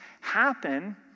happen